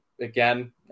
again